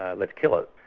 ah let's kill it.